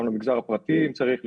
גם למגזר הפרטי אם צריך לשיקולכם,